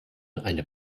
eine